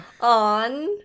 On